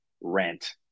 rent